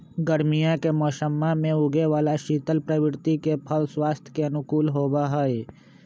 गर्मीया के मौसम्मा में उगे वाला शीतल प्रवृत्ति के फल स्वास्थ्य के अनुकूल होबा हई